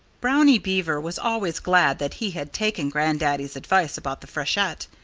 brownie beaver was always glad that he had taken grandaddy's advice about the freshet.